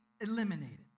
eliminated